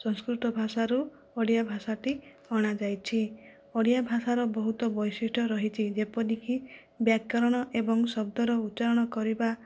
ସଂସ୍କୃତ ଭାଷାରୁ ଓଡ଼ିଆ ଭାଷାଟି ଅଣାଯାଇଛି ଓଡ଼ିଆ ଭାଷାର ବହୁତ ବୈଶିଷ୍ଠ୍ୟ ରହିଛି ଯେପରି କି ବ୍ୟାକରଣ ଏବଂ ଶବ୍ଦର ଉଚ୍ଚାରଣ କରିବା